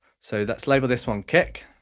so let's label this one kick.